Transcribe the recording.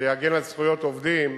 להגן על זכויות עובדים,